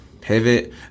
pivot